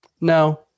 no